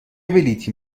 بلیطی